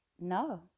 no